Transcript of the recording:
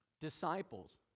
disciples